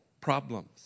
problems